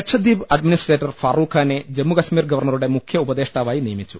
Lakshadweep administrator Farooq ഖാനെ ജമ്മുകശ്മീർ ഗവർണറുടെ മുഖ്യ ഉപദേഷ്ടാവായി നിയമിച്ചു